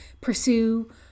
pursue